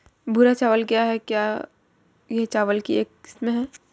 भूरा चावल क्या है? क्या यह चावल की एक किस्म है?